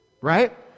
right